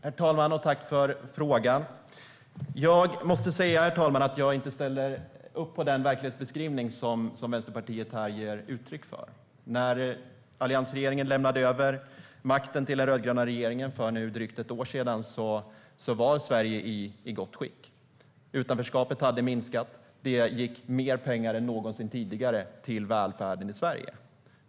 Herr talman! Tack för frågan! Jag måste säga att jag inte ställer upp på den verklighetsbeskrivning som Vänsterpartiet här ger uttryck för. När alliansregeringen för drygt ett år sedan lämnade över makten till den rödgröna regeringen var Sverige i gott skick. Utanförskapet hade minskat, och det gick mer pengar än någonsin tidigare till välfärden.